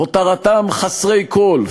הותרתם חסרי כול,